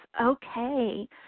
okay